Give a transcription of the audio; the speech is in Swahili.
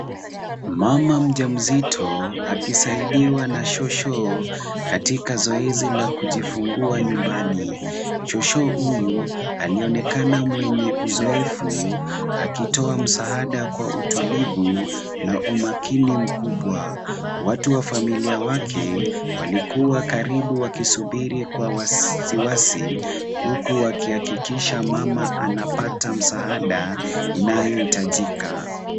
Mama mjamzito akisaidiwa na shosho katika zoezi ya kujifungua nyumbani. Shosho huyu anaonekana mwenye uzoefu akitoa msaada kwa utulivu na umakini mkubwa. Watu wa familia wake walikuwa karibu wakisubiri kwa wasiwasi huku wakihakikisha mama anapata msaada inayohitajika.